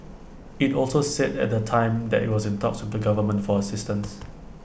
IT also said at the time that IT was in talks with the government for assistance